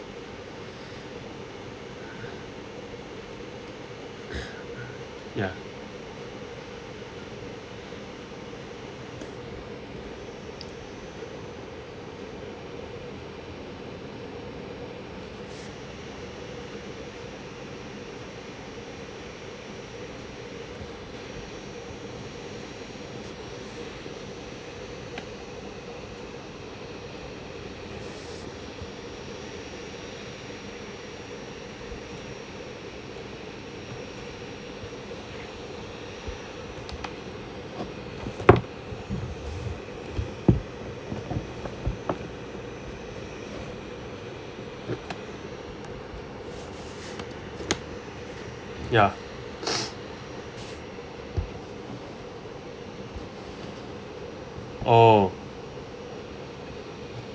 yeah yeah oh